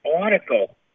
article